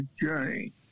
journey